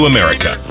America